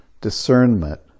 Discernment